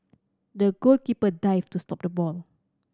the goalkeeper dived to stop the ball